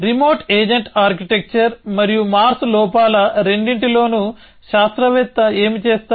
remote agent architecture మరియు Mars లోపాల రెండింటిలోనూ శాస్త్రవేత్త ఏమి చేస్తారు